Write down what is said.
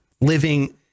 living